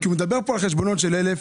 הוא מדבר כאן על חשבונות של 1,000,